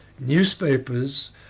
newspapers